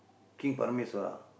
king Parameswara